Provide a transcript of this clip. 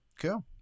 Cool